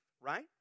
right